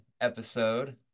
episode